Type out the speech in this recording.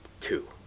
Two